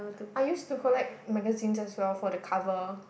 I used to collect magazine as well for the cover